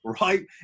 right